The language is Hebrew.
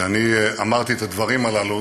כשאני אמרתי את הדברים הללו,